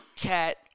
Cat